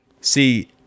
See